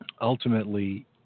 ultimately